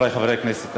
חברי חברי הכנסת,